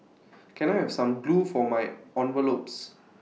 can I have some glue for my envelopes